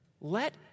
let